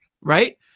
right